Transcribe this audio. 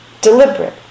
deliberate